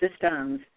systems